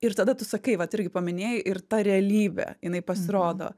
ir tada tu sakai vat irgi paminėjai ir ta realybė jinai pasirodo